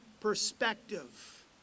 perspective